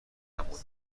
نبود